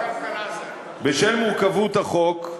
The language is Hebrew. בשל מורכבות החוק,